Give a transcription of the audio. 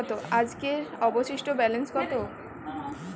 আজকের অবশিষ্ট ব্যালেন্স কত?